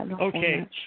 Okay